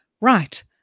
right